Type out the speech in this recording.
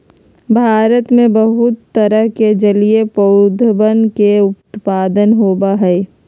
भारत में बहुत तरह के जलीय पौधवन के उत्पादन होबा हई